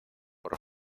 por